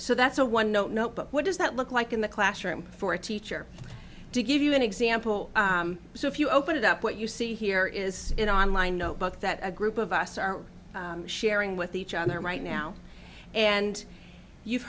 so that's a one note note but what does that look like in the classroom for a teacher to give you an example so if you open it up what you see here is an online notebook that a group of us are sharing with each other right now and you've